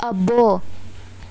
అబ్బో